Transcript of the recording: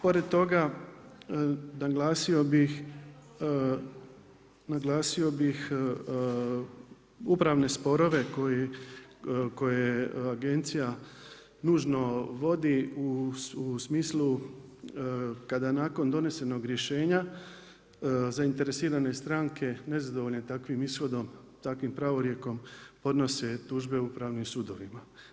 Pored toga naglasio bih upravne sporove koje Agencija nužno vodi u smislu kada nakon donesenog rješenja zainteresirane stranke nezadovoljne takvim ishodom, takvim pravorijekom podnose tužbe upravnim sudovima.